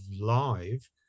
live